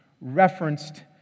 referenced